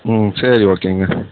ம் சரி ஓகேங்க